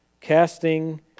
Casting